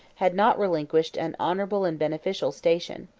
had not relinquished an honorable and beneficial station.